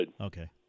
Okay